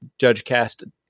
JudgeCast